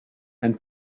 and